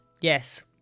Yes